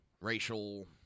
racial